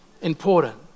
important